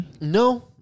No